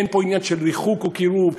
אין פה עניין של ריחוק או קירוב,